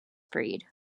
freed